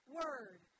word